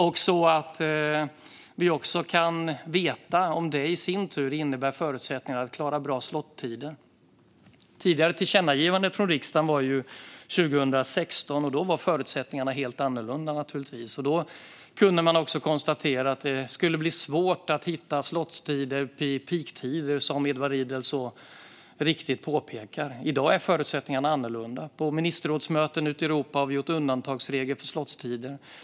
I sin tur kan vi få veta om det innebär förutsättningar att klara bra slottider. Det tidigare tillkännagivandet från riksdagen kom 2016, och då var förutsättningarna naturligtvis helt annorlunda. Då kunde man också konstatera att det skulle bli svårt att hitta slottider vid peaktider, som Edward Riedl så riktigt påpekade. I dag är förutsättningarna annorlunda. På ministerrådsmöten ute i Europa har vi antagit undantagsregler för slottider.